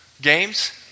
Games